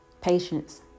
Patience